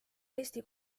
eesti